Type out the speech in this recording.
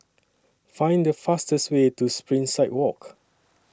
Find The fastest Way to Springside Walk